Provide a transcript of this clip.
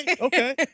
Okay